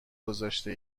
گذاشته